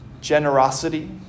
generosity